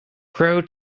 crow